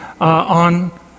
on